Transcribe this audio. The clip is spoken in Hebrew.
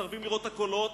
מסרבים לראות את הקולות,